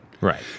Right